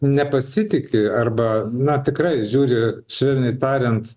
nepasitiki arba na tikrai žiūri švelniai tariant